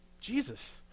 Jesus